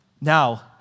Now